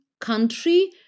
country